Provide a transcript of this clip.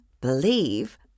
believe